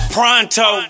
Pronto